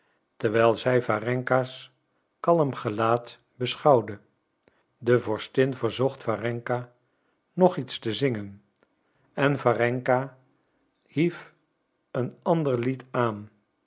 terwijl zij warenka's kalm gelaat beschouwde de vorstin verzocht warenka nog iets te zingen en warenka hief een ander lied aan